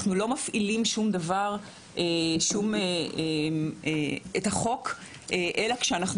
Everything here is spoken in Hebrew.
אנחנו לא מפעילים את החוק אלא כשאנחנו